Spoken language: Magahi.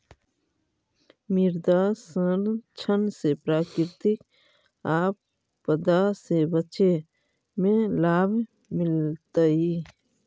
मृदा संरक्षण से प्राकृतिक आपदा से बचे में लाभ मिलतइ